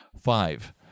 five